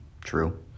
True